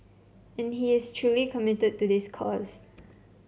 and he is truly committed to this cause